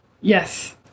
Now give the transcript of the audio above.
Yes